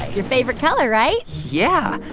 your favorite color, right? yeah.